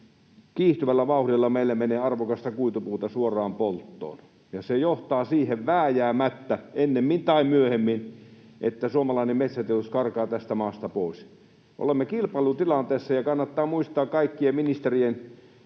kiihtyvällä vauhdilla meillä menee arvokasta kuitupuuta suoraan polttoon. Se johtaa vääjäämättä ennemmin tai myöhemmin siihen, että suomalainen metsäteollisuus karkaa tästä maasta pois. Olemme kilpailutilanteessa, ja kannattaa muistaa kaikkien ministerien